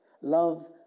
Love